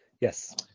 yes